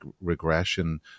regression